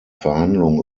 verhandlung